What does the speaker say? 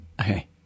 okay